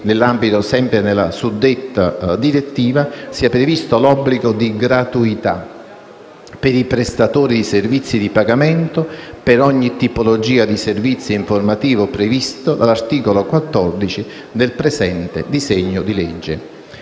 nell'ambito della suddetta direttiva, sia previsto l'obbligo di gratuità, per i prestatori di servizi di pagamento, per ogni tipologia di servizio informativo previsto dall'articolo 14 del presente disegno di legge.